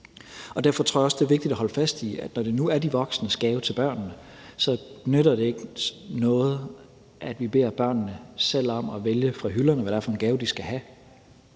det er vigtigt at holde fast i, at når det nu er de voksnes gave til børnene, så nytter det ikke noget, at vi beder børnene om selv at vælge fra hylderne, hvad det er for en gave, de skal have.